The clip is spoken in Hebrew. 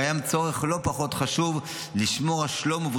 קיים צורך לא פחות חשוב לשמור על שלום הציבור